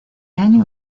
año